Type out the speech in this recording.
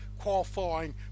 qualifying